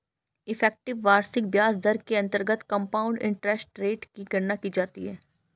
effective वार्षिक ब्याज दर के अंतर्गत कंपाउंड इंटरेस्ट रेट की गणना की जाती है